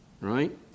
Right